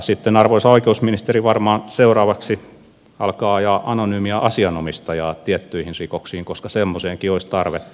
sitten arvoisa oikeusministeri varmaan seuraavaksi alkaa ajaa anonyymia asianomistajaa tiettyihin rikoksiin koska semmoiseenkin olisi tarvetta